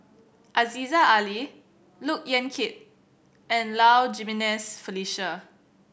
Aziza Ali Look Yan Kit and Low Jimenez Felicia